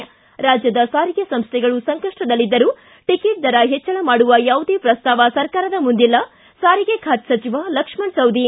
ಿ ರಾಜ್ಯದ ಸಾರಿಗೆ ಸಂಸ್ಥೆಗಳು ಸಂಕಷ್ಪದಲ್ಲಿದ್ದರೂ ಟಕೆಟ್ ದರ ಹೆಚ್ಚಳ ಮಾಡುವ ಯಾವುದೇ ಪ್ರಸ್ತಾವ ಸರ್ಕಾರದ ಮುಂದಿಲ್ಲ ಸಾರಿಗೆ ಖಾತೆ ಸಚಿವ ಲಕ್ಷ್ಮಣ ಸವದಿ